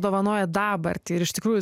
dovanoja dabartį ir iš tikrųjų